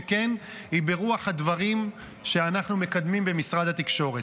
שכן היא ברוח הדברים שאנחנו מקדמים במשרד התקשורת.